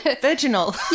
Virginal